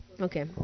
Okay